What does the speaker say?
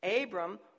Abram